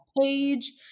page